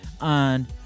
on